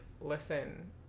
listen